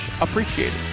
appreciated